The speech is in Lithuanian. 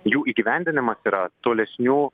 jų įgyvendinimas yra tolesnių